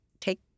take